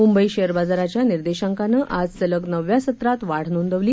Mumbai share बाजाराच्या निर्देशांकानं आज सलग नवव्या सत्रात वाढ नोंदवली